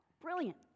Brilliant